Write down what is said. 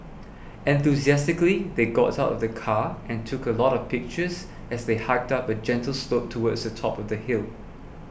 enthusiastically they got out of the car and took a lot of pictures as they hiked up a gentle slope towards the top of the hill